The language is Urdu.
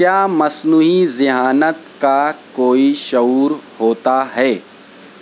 کیا مصنوعی ذہانت کا کوئی شعور ہوتا ہے